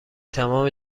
تمام